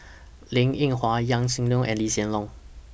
Linn in Hua Yaw Shin Leong and Lee Hsien Loong